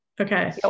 Okay